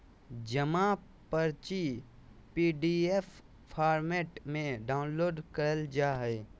जमा पर्ची PDF format में डाउनलोड करल जा हय